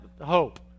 hope